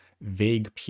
vague